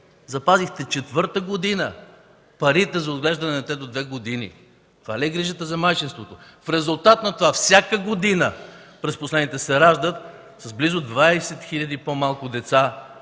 запазихте четвърта година парите за отглеждане на дете до две години. Това ли е грижата за майчинството?! В резултат на това всяка година през последните се раждат с близо 20 000 по-малко деца,